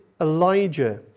Elijah